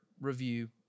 review